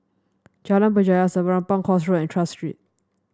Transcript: Jalan Berjaya Serapong Course Road and Tras Street